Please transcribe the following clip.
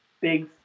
big